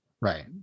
Right